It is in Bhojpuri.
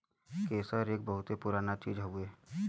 केसर एक बहुते पुराना चीज हउवे